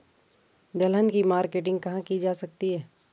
दलहन की मार्केटिंग कहाँ की जा सकती है?